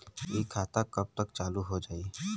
इ खाता कब तक चालू हो जाई?